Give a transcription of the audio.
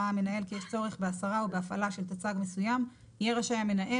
ראה המנהל כי יש צורך בהסרה או בהפעלה של תצ"ג מסויים יהיה רשאי המנהל,